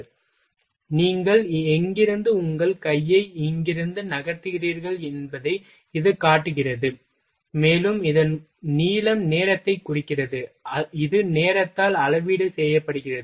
எனவே நீங்கள் எங்கிருந்து உங்கள் கையை இங்கிருந்து நகர்த்துகிறீர்கள் என்பதை இது காட்டுகிறது மேலும் இதன் நீளம் நேரத்தைக் குறிக்கிறது இது நேரத்தால் அளவீடு செய்யப்படுகிறது